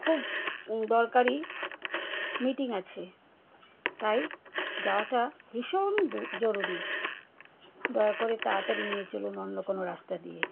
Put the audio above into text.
খুব দরকারি মিটিং আছে তাই যাওয়াটা ভীষণ জরুরি দয়া করে তাড়াতাড়ি নিয়ে চলুন অন্য কোনো রাস্তা দিয়ে